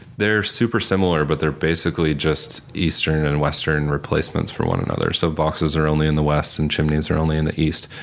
they're super similar but they're basically just eastern and western replacements for one another, so vauxes are only in the west and chimneys are only in the east.